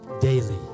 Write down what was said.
daily